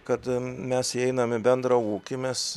kad mes įeinam į bendrą ūkį mes